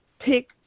pick